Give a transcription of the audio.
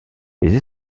les